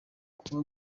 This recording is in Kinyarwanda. kuba